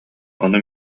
ону